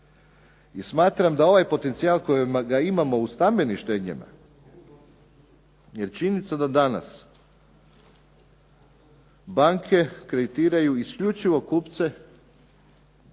I smatram da ovaj potencijal kojeg imamo u stambenim štednjama, jer činjenica da danas banke kreditiraju isključivo kupce stanova